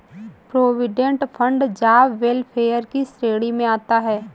provident fund job welfare की श्रेणी में आता है